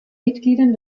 mitgliedern